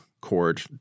chord